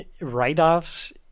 write-offs